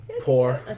poor